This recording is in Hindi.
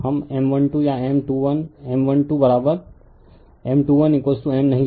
हम M12 या M21M12 बराबर M21 M नहीं लिख रहे हैं